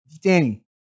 Danny